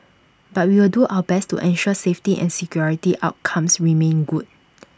but we will do our best to ensure safety and security outcomes remain good